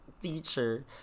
teacher